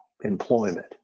employment